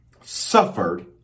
suffered